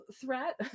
threat